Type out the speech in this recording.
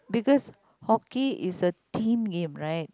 because hockey is a team game right